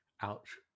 Ouch